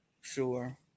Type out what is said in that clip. Sure